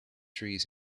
trees